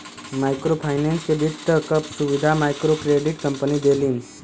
micro finance में वित्त क सुविधा मइक्रोक्रेडिट कम्पनी देलिन